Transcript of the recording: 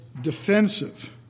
defensive